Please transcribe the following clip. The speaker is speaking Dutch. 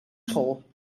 school